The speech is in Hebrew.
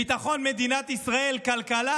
ביטחון מדינת ישראל, כלכלה.